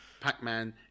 Pac-Man